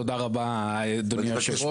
תודה רבה, אדוני היושב ראש.